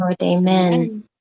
Amen